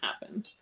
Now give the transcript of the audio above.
happen